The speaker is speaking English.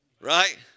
Right